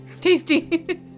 Tasty